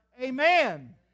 Amen